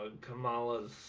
Kamala's